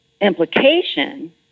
implication